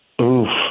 Oof